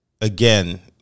Again